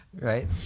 Right